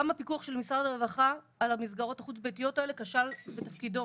גם הפיקוח של משרד הרווחה על המסגרות החוץ ביתיות האלה כשל בתפקידו.